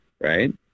Right